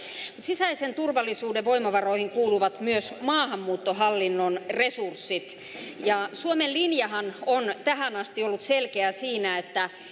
sisäisen turvallisuuden voimavaroihin kuuluvat myös maahanmuuttohallinnon resurssit suomen linjahan on tähän asti ollut selkeä siinä että